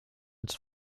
uns